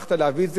הדבר הראשון,